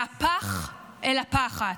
מהפח אל הפחת,